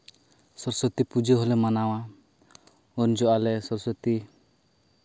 ᱥᱚᱨᱚᱥᱚᱛᱤ ᱯᱩᱡᱟᱹ ᱦᱚᱸᱞᱮ ᱢᱟᱱᱟᱣᱟ ᱩᱱ ᱡᱚᱦᱚᱜ ᱟᱞᱮ ᱥᱚᱨᱚᱥᱚᱛᱤ